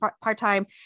part-time